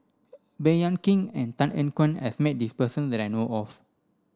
Baey Yam Keng and Tan Ean Kiam has met this person that I know of